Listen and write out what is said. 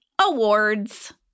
awards